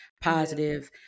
positive